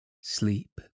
sleep